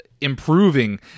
improving